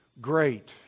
great